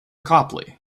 copley